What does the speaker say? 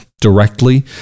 directly